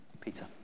Peter